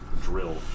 drill